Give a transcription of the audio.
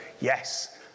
yes